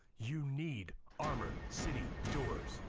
you need armor city doors.